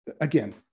Again